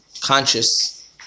conscious